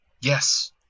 Yes